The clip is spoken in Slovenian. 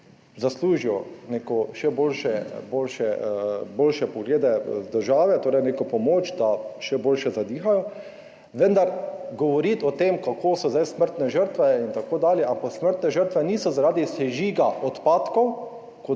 zaslužijo še boljše poglede države, torej neko pomoč, da še boljše zadihajo, vendar govoriti o tem, kako so zdaj smrtne žrtve in tako dalje – ampak smrtne žrtve niso zaradi sežiga odpadkov